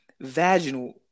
vaginal